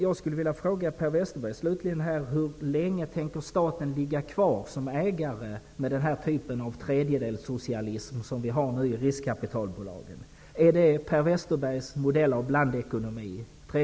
Jag skulle vilja fråga Per Westerberg: Hur länge tänker staten som ägare ha kvar den typ av tredjedelssocialism som man nu har i riskkapitalbolagen? Är det Per Westerbergs modell för blandekonomi?